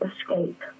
escape